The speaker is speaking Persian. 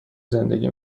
زندگی